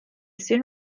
soon